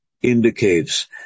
indicates